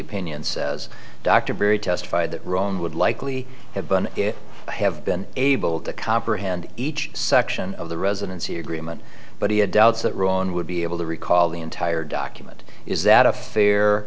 opinion says dr berry testified that wrong would likely have been if i have been able to comprehend each section of the residency agreement but he had doubts that ron would be able to recall the entire document is that a fair